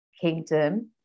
kingdom